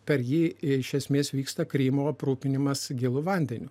per jį iš esmės vyksta krymo aprūpinimas gėlu vandeniu